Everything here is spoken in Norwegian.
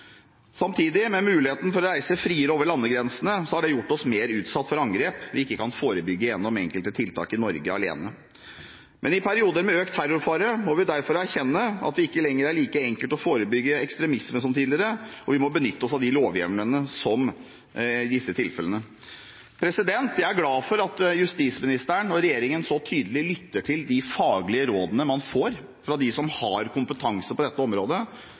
Samtidig, med muligheten til å reise friere over landegrensene, har det gjort oss mer utsatt for angrep vi ikke kan forebygge gjennom enkelte tiltak i Norge alene. I perioder med økt terrorfare må vi derfor erkjenne at det ikke lenger er like enkelt å forebygge ekstremisme som tidligere, og vi må benytte oss av de nødvendige lovhjemlene i disse tilfellene. Jeg er glad for at justisministeren og regjeringen så tydelig lytter til de faglige rådene man får fra dem som har kompetanse på dette området,